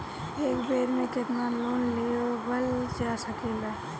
एक बेर में केतना लोन लेवल जा सकेला?